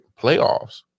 playoffs